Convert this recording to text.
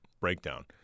breakdown